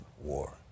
War